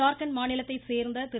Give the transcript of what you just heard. ஜார்க்கண்ட் மாநிலத்தைச் சேர்ந்த திரு